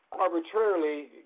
arbitrarily